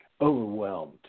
overwhelmed